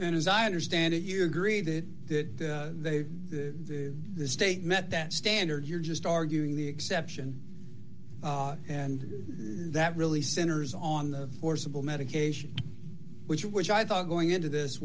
and as i understand it you agree that that they have the the state met that standard you're just arguing the exception and that really centers on the forcible medication which which i thought going into this